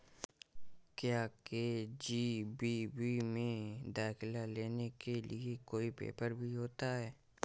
क्या के.जी.बी.वी में दाखिला लेने के लिए कोई पेपर भी होता है?